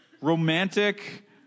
romantic